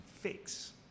fix